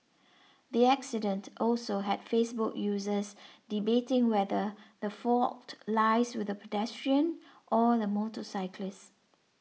the accident also had Facebook users debating whether the fault lies with the pedestrian or the motorcyclist